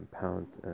pounds